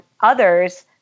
others –